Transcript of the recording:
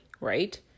right